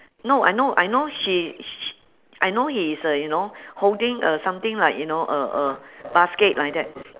no I know I know she sh~ I know he is uh you know holding uh something like you know a a basket like that